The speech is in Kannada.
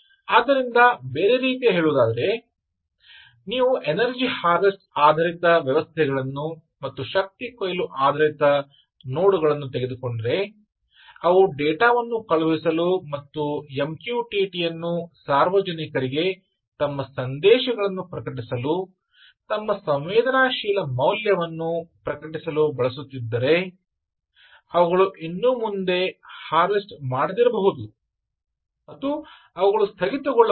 ಆದ್ದರಿಂದ ಬೇರೆ ರೀತಿಯಲ್ಲಿ ಹೇಳುವುದಾದರೆ ನೀವು ಎನರ್ಜಿ ಹಾರ್ವೆಸ್ಟ್ ಆಧಾರಿತ ವ್ಯವಸ್ಥೆಗಳನ್ನು ಮತ್ತು ಶಕ್ತಿ ಕೊಯ್ಲು ಆಧಾರಿತ ನೋಡ್ ಗಳನ್ನು ತೆಗೆದುಕೊಂಡರೆ ಅವು ಡೇಟಾ ವನ್ನು ಕಳುಹಿಸಲು ಮತ್ತು MQTT ಯನ್ನು ಸಾರ್ವಜನಿಕರಿಗೆ ತಮ್ಮ ಸಂದೇಶಗಳನ್ನು ಪ್ರಕಟಿಸಲು ತಮ್ಮ ಸಂವೇದನಾಶೀಲ ಮೌಲ್ಯವನ್ನು ಪ್ರಕಟಿಸಲು ಬಳಸುತ್ತಿದ್ದರೆ ಅವುಗಳು ಇನ್ನು ಮುಂದೆ ಹಾರ್ವೆಸ್ಟ್ ಮಾಡದಿರಬಹುದು ಮತ್ತು ಅವುಗಳು ಸ್ಥಗಿತಗೊಳ್ಳಬಹುದು